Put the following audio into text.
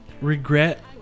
regret